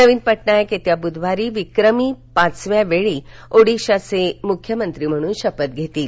नवीन पटनाईक येत्या बुधवारी विक्रमी पाचव्या वेळी ओडिशाचे मुख्यमंत्री म्हणून शपथ घेतील